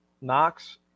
Knox